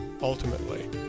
ultimately